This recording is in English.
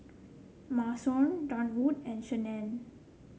Marisol Durwood and Shannen